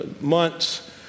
months